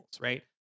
right